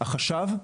החשב,